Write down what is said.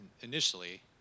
initially